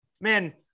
man